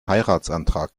heiratsantrag